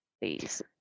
please